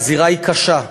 והזירה היא קשה.